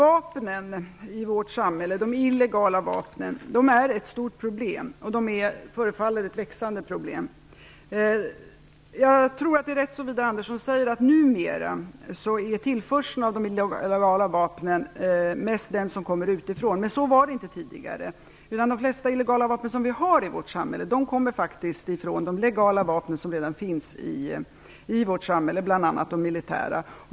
Herr talman! De illegala vapnen i vårt samhälle är ett stort problem och de förefaller vara ett växande problem. Jag tror att det är rätt som Widar Andersson säger att tillförseln av de illegala vapnen numera mest sker utifrån. Men så var det inte tidigare. De flesta illegala vapen som vi har i vårt samhälle kommer faktiskt från de legala vapen som redan finns i samhället, bl.a. de militära.